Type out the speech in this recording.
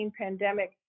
pandemic